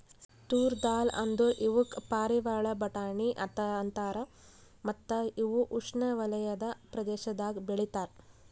ತೂರ್ ದಾಲ್ ಅಂದುರ್ ಇವುಕ್ ಪಾರಿವಾಳ ಬಟಾಣಿ ಅಂತಾರ ಮತ್ತ ಇವು ಉಷ್ಣೆವಲಯದ ಪ್ರದೇಶದಾಗ್ ಬೆ ಳಿತಾರ್